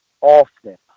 often